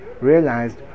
realized